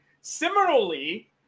Similarly